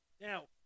Now